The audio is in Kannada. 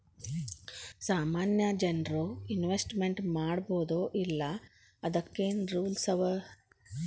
ಸಾಮಾನ್ಯ ಜನ್ರು ಇನ್ವೆಸ್ಟ್ಮೆಂಟ್ ಮಾಡ್ಬೊದೋ ಇಲ್ಲಾ ಅದಕ್ಕೇನ್ ರೂಲ್ಸವ?